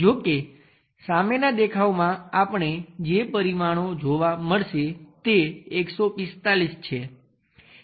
જો કે સામેના દેખાવમાં આપણે જે પરિમાણો જોવા મળશે તે 145 છે